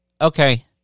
okay